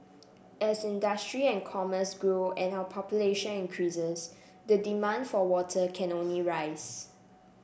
as industry and commerce grow and our population increases the demand for water can only rise